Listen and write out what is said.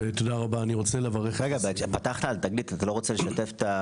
אתה לא רוצה לשתף?